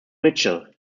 mitchell